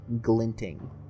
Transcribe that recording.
glinting